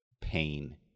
pain